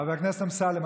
חבר הכנסת אמסלם,